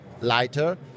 lighter